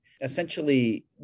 essentially